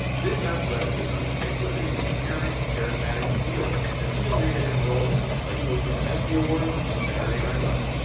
this athleticism, mixed with his inherent charismatic appeal, has even landed him roles like hosting the espy awards and saturday night live,